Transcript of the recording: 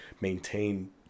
maintain